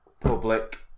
public